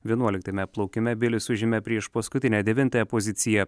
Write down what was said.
vienuoliktame plaukime bilis užėmė priešpaskutinę devintąją poziciją